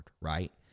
right